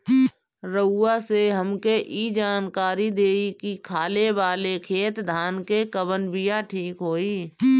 रउआ से हमके ई जानकारी देई की खाले वाले खेत धान के कवन बीया ठीक होई?